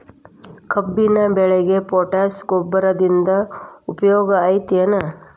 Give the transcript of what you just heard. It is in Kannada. ಕಬ್ಬಿನ ಬೆಳೆಗೆ ಪೋಟ್ಯಾಶ ಗೊಬ್ಬರದಿಂದ ಉಪಯೋಗ ಐತಿ ಏನ್?